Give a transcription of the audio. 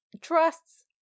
trusts